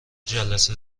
مجلس